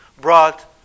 brought